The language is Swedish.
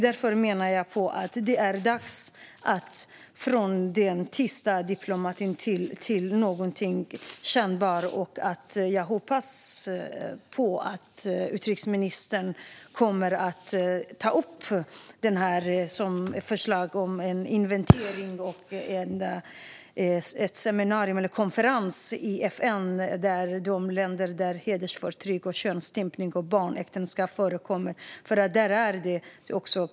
Därför menar jag att det är dags att gå från den tysta diplomatin till någonting kännbart. Jag hoppas att utrikesministern kommer att ta upp förslaget om en inventering och en konferens i FN om de länder där hedersförtryck, könsstympning och barnäktenskap förekommer.